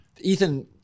Ethan